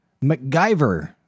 MacGyver